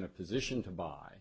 in a position to buy